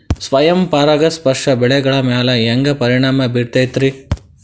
ಸ್ವಯಂ ಪರಾಗಸ್ಪರ್ಶ ಬೆಳೆಗಳ ಮ್ಯಾಲ ಹ್ಯಾಂಗ ಪರಿಣಾಮ ಬಿರ್ತೈತ್ರಿ?